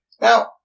Now